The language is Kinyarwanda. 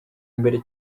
mbere